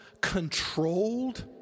controlled